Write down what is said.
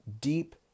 deep